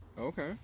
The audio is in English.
Okay